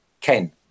Ken